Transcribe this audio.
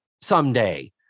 someday